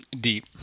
deep